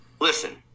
listen